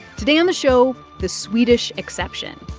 today on the show, the swedish exception.